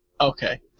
okay